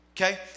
Okay